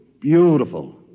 Beautiful